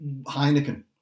Heineken